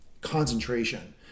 concentration